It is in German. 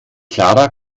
clara